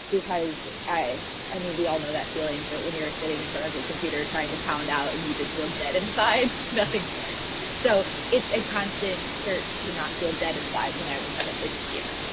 because i i mean we all know that feeling but when you're sitting in front of the computer trying to pound out and you just feel dead inside. nothing's worse. so it's a constant search to not feel dead inside when i'm in front of the computer